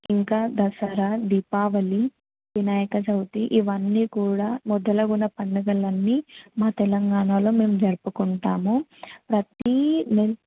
ఇంకా దసరా దీపావళి వినాయక చవితి ఇవన్నీ కూడా మొదలుగున పండుగలన్నీ మా తెలంగాణలో మేము జరుపుకుంటాము ప్రతీ నీ